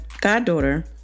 goddaughter